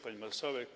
Pani Marszałek!